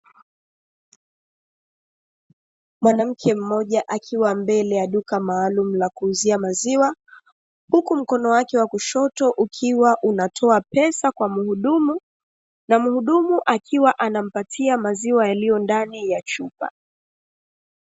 Mwanamke mmoja akiwa mbele ya duka maalumu la kuuzia maziwa, huku mkono wake wa kushoto ukiwa unatoa pesa kwa mhudumu; na mhudumu akiwa anampatia maziwa yaliyo ndani ya chupa.